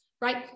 right